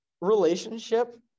relationship